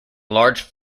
large